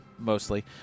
mostly